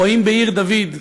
או האם בעיר דוד,